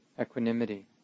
equanimity